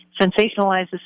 sensationalizes